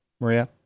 Maria